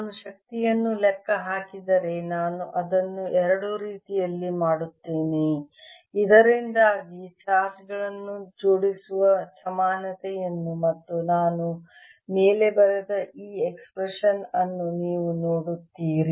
ನಾನು ಶಕ್ತಿಯನ್ನು ಲೆಕ್ಕ ಹಾಕಿದರೆ ನಾನು ಅದನ್ನು ಎರಡು ರೀತಿಯಲ್ಲಿ ಮಾಡುತ್ತೇನೆ ಇದರಿಂದಾಗಿ ಚಾರ್ಜ್ ಗಳನ್ನು ಜೋಡಿಸುವ ಸಮಾನತೆಯನ್ನು ಮತ್ತು ನಾನು ಮೇಲೆ ಬರೆದ ಈ ಎಸ್ಪ್ರೆಷನ್ ಅನ್ನು ನೀವು ನೋಡುತ್ತೀರಿ